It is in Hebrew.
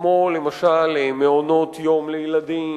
כמו למשל מעונות-יום לילדים,